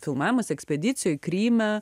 filmavimas ekspedicijoj kryme